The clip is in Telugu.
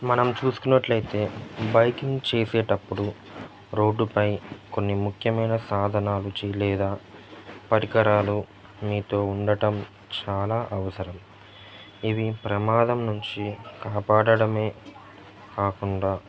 మనం చూసుకున్నట్లయితే బైకింగ్ చేసేటప్పుడు రోడ్డుపై కొన్ని ముఖ్యమైన సాధనాల నుంచి లేదా పరికరాలు మీతో ఉండడం చాలా అవసరం ఇవి ప్రమాదం నుంచి కాపాడడమే కాకుండా